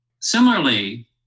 Similarly